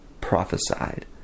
prophesied